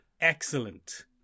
excellent